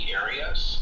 areas